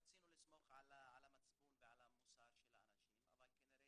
רצינו לסמוך על המצפון ועל המוסר של האנשים אבל כנראה